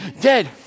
dead